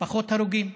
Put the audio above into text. פחות הרוגים.